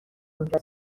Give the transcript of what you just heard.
اونجا